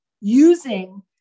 using